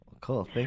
Cool